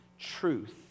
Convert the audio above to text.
truth